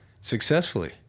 Successfully